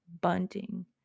Bunting